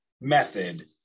method